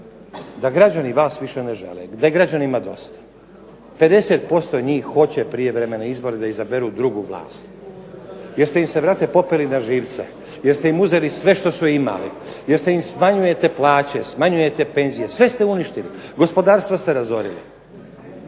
da građani vas više ne žele. Da je građanima dosta. 50% njih hoće prijevremene izbore, da izaberu drugu vlast, jer ste im se brate popeli na živce, jer ste im uzeli sve što su imali, jer ste im smanjujete plaće, smanjujete penzije, sve ste uništili. Gospodarstvo ste razorili.